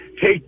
take